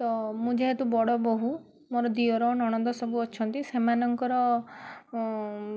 ତ ମୁଁ ଯେହେତୁ ବଡ଼ ବୋହୁ ମୋର ଦିଅର ନଣନ୍ଦ ସବୁ ଅଛନ୍ତି ସେମାନଙ୍କର